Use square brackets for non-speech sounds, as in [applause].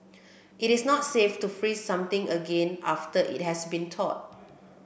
it is not safe to freeze something again after it has been [unintelligible]